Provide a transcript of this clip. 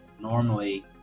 Normally